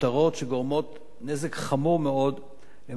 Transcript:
שגורמות נזק חמור מאוד למדינת ישראל.